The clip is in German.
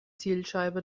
zielscheibe